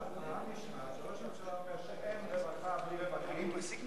חשוב שהעם ישמע שראש הממשלה אומר שאין רווחה בלי רווחים,